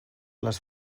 les